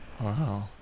Wow